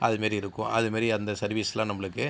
அதுமாரி இருக்கும் அதுமாரி அந்த சர்வீஸ்லாம் நம்மளுக்கு